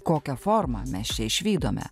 kokią formą mes čia išvydome